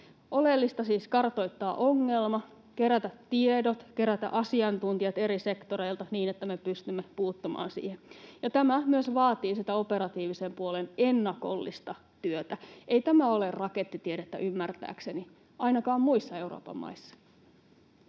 Oleellista on siis kartoittaa ongelma, kerätä tiedot, kerätä asiantuntijat eri sektoreilta niin, että me pystymme puuttumaan siihen, ja tämä myös vaatii sitä operatiivisen puolen ennakollista työtä. Ei tämä ole rakettitiedettä ymmärtääkseni — ainakaan muissa Euroopan maissa.